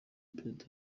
perezida